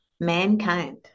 Mankind